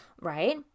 right